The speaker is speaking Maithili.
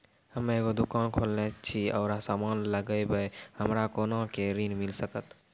हम्मे एगो दुकान खोलने छी और समान लगैबै हमरा कोना के ऋण मिल सकत?